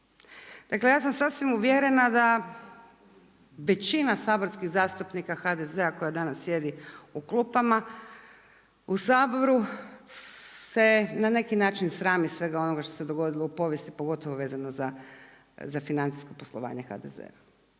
Dakle ja sam sasvim uvjerena da većina saborskih zastupnika HDZ-a koja danas sjedi u klupama u Saboru se ne neki način srami svega onoga što se dogodilo u povijesti pogotovo vezano za financijsko poslovanje HDZ-a,